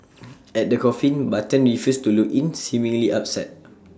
at the coffin button refused to look in seemingly upset